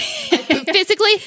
physically